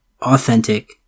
authentic